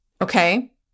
Okay